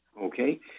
Okay